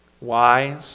wise